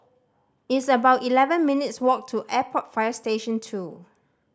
it's about eleven minutes' walk to Airport Fire Station Two